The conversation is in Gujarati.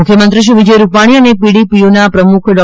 મુખ્યમંત્રી શ્રી વિજય રૂપાણી અને પીડીપીયુના પ્રમુખ ડૉ